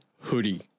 hoodie